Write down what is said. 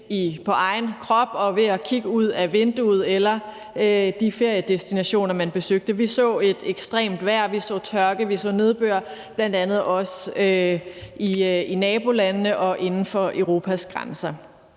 på egen krop og ved at kigge ud af vinduet eller oplevede det på de feriedestinationer, man besøgte. Vi så et ekstremt vejr – tørke og nedbør også i nabolandene og inden for Europas grænser.